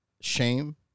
shame